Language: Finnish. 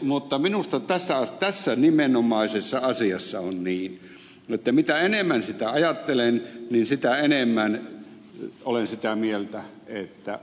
mutta minusta tässä nimenomaisessa asiassa on niin että mitä enemmän sitä ajattelen niin sitä enemmän olen sitä mieltä että valta pitää ottaa tänne